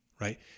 right